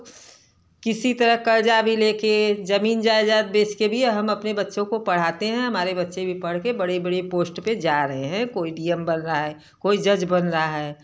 किसी तरह कर्ज भी लेकर ज़मीन जायदाद बेच कर भी हम अपने बच्चों को पढ़ाते हैं हमारे बच्चे भी पढ़ के बड़े बड़े पोस्ट पर जा रहे हैं कोई डी एम नियम बन रहा है कोई जज बन रहा है